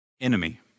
enemy